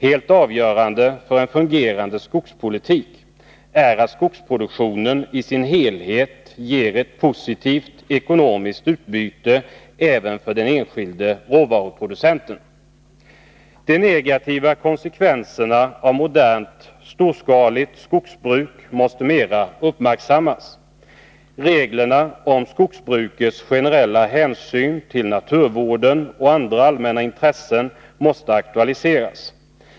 Helt avgörande för en fungerande skogspolitik är att skogsproduktionen i sin helhet ger ett positivt ekonomiskt utbyte även för den enskilde råvaruproducenten. De negativa konsekvenserna av modernt storskaligt skogsbruk måste i större utsträckning uppmärksammas. Reglerna om skogsbrukets generella hänsyn till naturvården och andra allmänna intressen måste aktualiseras.